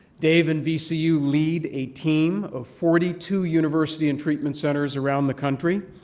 dave and vcu lead a team of forty two university and treatment centers around the country.